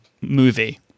movie